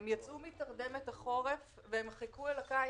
הם יצאו מתרדמת החורף והם חיכו לקיץ,